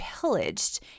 pillaged